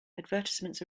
advertisements